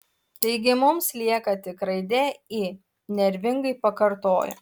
taigi mums lieka tik raidė i nervingai pakartojo